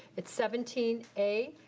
it's seventeen a.